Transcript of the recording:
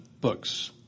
books